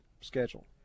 schedule